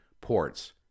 ports